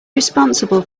responsible